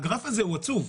הגרף הזה הוא עצוב.